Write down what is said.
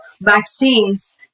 vaccines